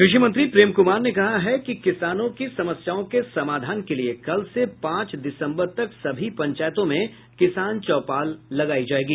कृषि मंत्री प्रेम कुमार ने कहा है कि किसानों की समस्याओं के समाधान के लिए कल से पांच दिसम्बर तक सभी पंचायतों में किसान चौपाल लगायी जायेगी